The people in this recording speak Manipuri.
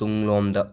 ꯇꯨꯡꯂꯣꯝꯗ